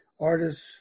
artists